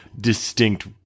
Distinct